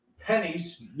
pennies